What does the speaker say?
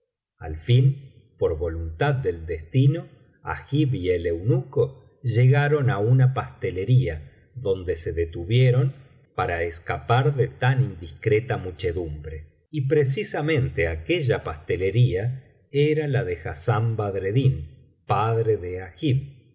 al fin por voluntad del destino agib y el eunuco llegaron á una pastelería donde se detuvieron para escapar de tan indiscreta muchedumbre y precisamente aquella pastelería era la de hassán badreddin padre de agib